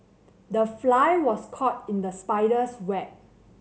the fly was caught in the spider's web